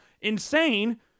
insane